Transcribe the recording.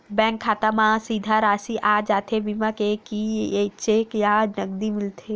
Bank खाता मा सीधा राशि आ जाथे बीमा के कि चेक या नकदी मिलथे?